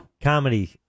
comedy